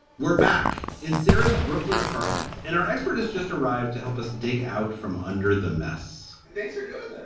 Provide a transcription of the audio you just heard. we're back in sarah's brooklyn apartment and our expert has just arrived to help us dig out from under the mess thanks for doing that.